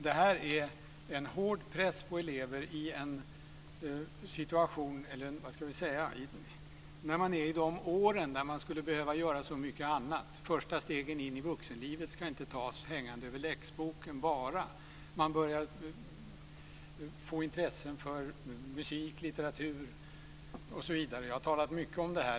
Det är en hård press på elever när de är i de åren där de skulle behöva göra så mycket annat. Första stegen in i vuxenlivet ska inte tas bara hängande över läxboken. Eleverna börjar få intressen för musik, litteratur osv. Jag har talat mycket om det.